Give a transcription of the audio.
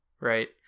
Right